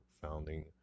founding